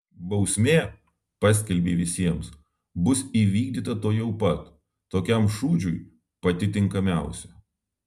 bausmė paskelbei visiems bus įvykdyta tuojau pat tokiam šūdžiui pati tinkamiausia